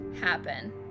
happen